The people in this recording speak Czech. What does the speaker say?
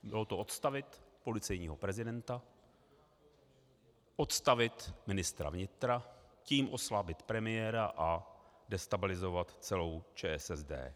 Bylo to odstavit policejního prezidenta, odstavit ministra vnitra, tím oslabit premiéra a destabilizovat celou ČSSD.